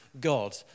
God